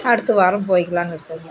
அடுத்த வாரம் போய்க்கலானு இருக்கேங்க